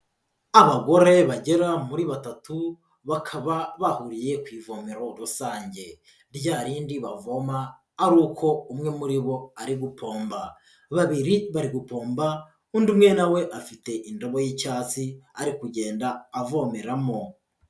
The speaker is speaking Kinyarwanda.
Abagore bagera muri batatu, bakaba bahuriye ku ivomero rusange. Rya rindi bavoma ari uko umwe muri bo ari gupomba. Babiri bari gupomba, undi mwe na we afite indobo y'icyatsi, ari kugenda avomeramo.